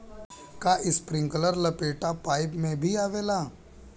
का इस्प्रिंकलर लपेटा पाइप में भी आवेला?